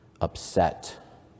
upset